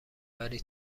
ولی